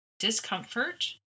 discomfort